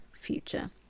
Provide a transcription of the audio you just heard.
future